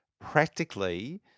practically